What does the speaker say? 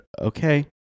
okay